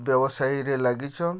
ବ୍ୟବସାୟୀରେ ଲାଗିଛନ୍